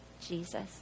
Jesus